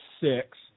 six